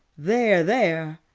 there, there,